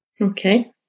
Okay